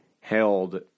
held